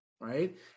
right